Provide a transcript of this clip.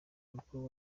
mukuru